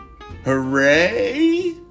Hooray